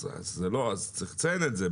אז צריך לציין את זה.